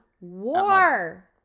war